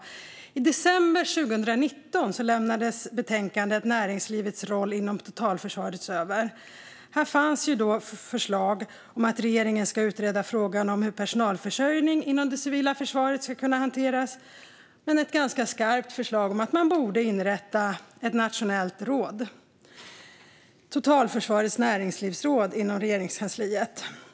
I december 2019 överlämnades betänkandet Näringslivets roll inom totalförsvaret . Här fanns förslag om att regeringen ska utreda frågan hur personalförsörjning inom det civila försvaret ska kunna hanteras samt ett ganska skarpt förslag om att man borde inrätta ett nationellt råd, totalförsvarets näringslivsråd, inom Regeringskansliet.